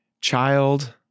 child